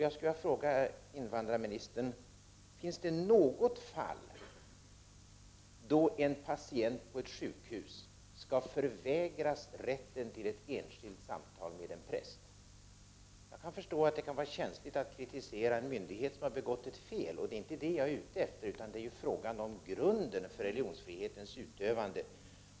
Jag skulle vilja fråga invandrarministern: Finns det något fall då en patient på ett sjukhus skall förvägras rätten till ett enskilt samtal med en präst? Jag kan förstå att det kan vara känsligt att kritisera en myndighet som har begått ett fel, men det är inte det jag är ute efter, utan här är det fråga om grunden för religionsfrihetens utövande.